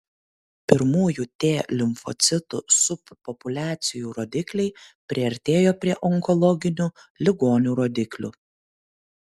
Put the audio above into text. pirmųjų t limfocitų subpopuliacijų rodikliai priartėjo prie onkologinių ligonių rodiklių